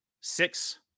six